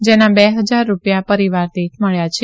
જેના બે હજાર રૂપિયા પરીવાર દીઠ મબ્યા છે